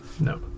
No